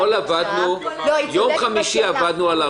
אתמול עבדנו, יום חמישי עבדנו על הרישום.